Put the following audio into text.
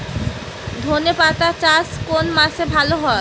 ধনেপাতার চাষ কোন মাসে ভালো হয়?